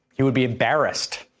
he would be embarrassed,